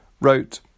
wrote